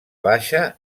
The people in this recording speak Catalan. baixa